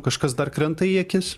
kažkas dar krenta į akis